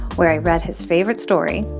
where i read his favorite story,